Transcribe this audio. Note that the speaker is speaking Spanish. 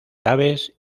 aves